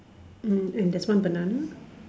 um and there's one banana